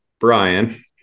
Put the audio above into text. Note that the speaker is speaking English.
brian